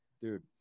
dude